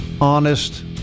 honest –